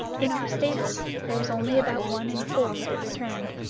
in our stables there was only about one in four that returned.